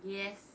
yes